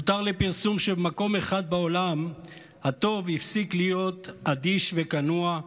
הותר לפרסום שבמקום אחד בעולם הטוב הפסיק להיות אדיש וכנוע,